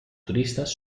turistes